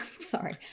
Sorry